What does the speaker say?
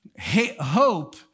Hope